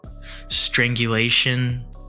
strangulation